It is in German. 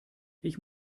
ich